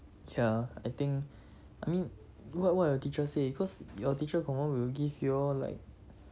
ya I think I mean what what your teacher say cause your teacher confirm will give you all like